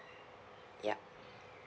yup